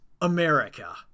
America